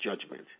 judgment